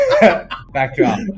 Backdrop